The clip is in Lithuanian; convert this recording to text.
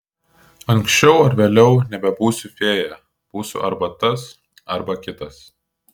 anksčiau ar vėliau nebebūsiu fėja būsiu arba tas arba kitas